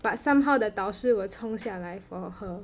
but somehow the 导师 will 冲下来 for her